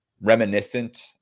reminiscent